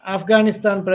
Afghanistan